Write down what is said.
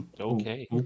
Okay